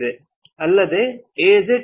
ಅಲ್ಲದೆ AZ 3312 ಇದೆ